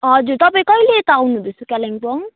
हजुर तपाईँ कहिले यता आउनुहुँदैछ कालिम्पोङ